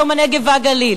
יום הנגב והגליל.